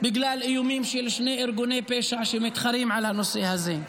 בגלל איומים של שני ארגוני פשע שמתחרים על הנושא הזה.